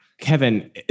Kevin